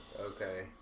Okay